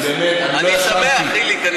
אני באמת, אני שמח, חיליק.